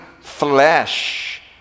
flesh